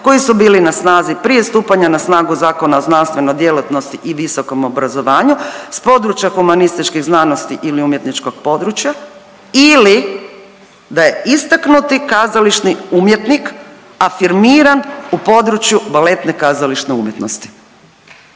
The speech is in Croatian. koji su bili na snazi prije stupanja na snagu Zakona o znanstvenoj djelatnosti i visokom obrazovanju s područja humanističkih znanosti ili umjetničkog područja ili da je istaknuti kazališni umjetnik afirmiran u području baletne kazališne umjetnosti.